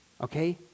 okay